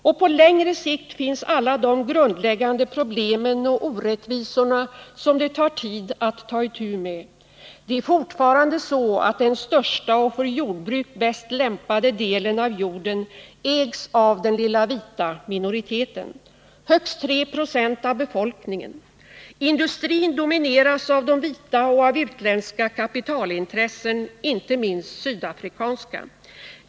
Och på längre sikt finns alla de grundläggande problemen och orättvisorna som det tar tid att ta itu med. Det är fortfarande så att den största och för jordbruk bäst lämpade delen av jorden ägs av den lilla vita minoriteten — högst 3 26 av befolkningen. Industrin domineras av de vita och av utländska kapitalintressen — inte minst sydafrikanska.